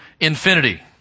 infinity